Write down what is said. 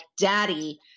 Daddy